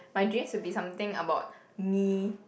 my dreams would be something about me